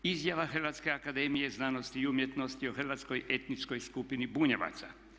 Izjava Hrvatske akademije znanosti i umjetnosti o hrvatskoj etničkoj skupini Bunjevaca.